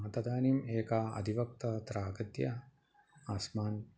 तदानीम् एकः अधिवक्ता अत्र आगत्य अस्मान्